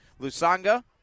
Lusanga